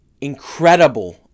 incredible